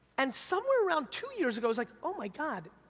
and somewhere around two years ago, was like, oh my god,